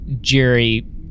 Jerry